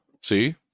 see